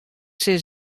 sille